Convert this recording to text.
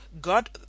God